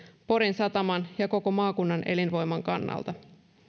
porin sataman ja koko maakunnan elinvoiman kannalta